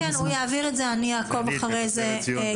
הוא יעביר את זה ואני אעקוב אחרי הדברים